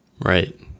Right